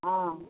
हँ